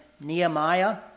Nehemiah